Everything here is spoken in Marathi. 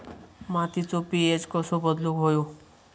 मातीचो पी.एच कसो बदलुक होयो?